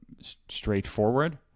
straightforward